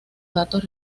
datos